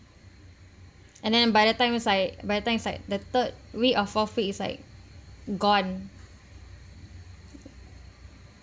and then by the time is like by the time is like the third week or forth week is like gone